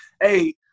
hey